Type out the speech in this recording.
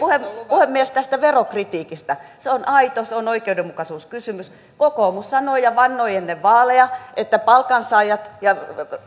puhemies tästä verokritiikistä se on aito se on oikeudenmukaisuuskysymys kokoomus sanoi ja vannoi ennen vaaleja että palkansaajat ja